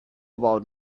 about